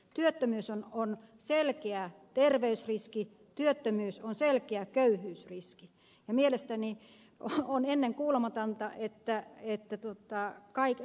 työttömyys on selkeä terveysriski työttömyys on selkeä köyhyysriski ja mielestäni on ennenkuulumatonta että ed